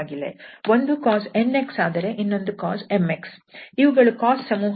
ಒಂದು function cos 𝑛𝑥 ಆದರೆ ಇನ್ನೊಂದು ಫಂಕ್ಷನ್ cos 𝑚𝑥